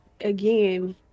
Again